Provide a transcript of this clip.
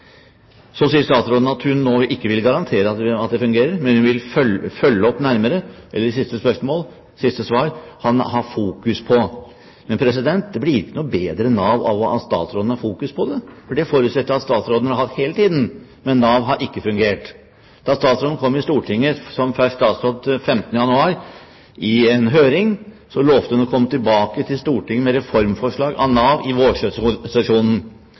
sier at hun nå ikke vil garantere at det fungerer, men at hun vil følge det opp nærmere, eller som i siste svar, ha fokus på. Men det blir ikke noe bedre Nav av at statsråden har fokus på det. Det forutsetter jeg at statsråden har hatt hele tiden – men Nav har ikke fungert. Da statsråden kom i Stortinget som fersk statsråd 15. januar i en høring, lovte hun å komme tilbake til Stortinget med reformforslag for Nav i